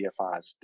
DFIs